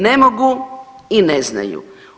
Ne mogu i ne znaju.